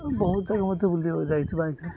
ବହୁତ ଜାଗା ମତେ ବୁଲିିବାକୁ ଯାଇଛି ବାଇକ୍ରେ